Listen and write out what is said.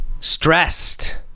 stressed